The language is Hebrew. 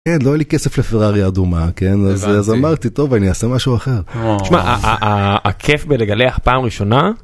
כן לא היה לי כסף לפרארי אדומה כן אז אמרתי טוב אני אעשה משהו אחר. שמע הכיף בלגלח פעם ראשונה.